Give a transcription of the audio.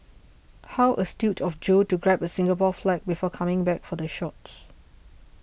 how astute of Joe to grab a Singapore flag before coming back for the shots